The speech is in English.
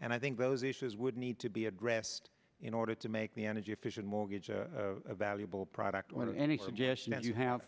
and i think those issues would need to be addressed in order to make the energy efficient mortgage valuable product whether any suggestion that you have